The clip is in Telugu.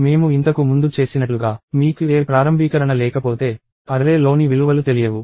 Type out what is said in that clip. మేము ఇంతకు ముందు చేసినట్లుగా మీకు ఏ ప్రారంభీకరణ లేకపోతే అర్రే లోని విలువలు తెలియవు